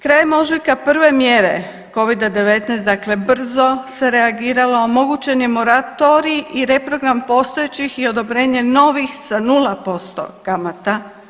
Krajem ožujka prve mjere Covida-19, dakle brzo se reagiralo omogućen je moratorij i reprogram postojećih i odobrenje novih sa 0% kamata.